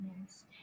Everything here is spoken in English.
Yes